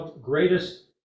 greatest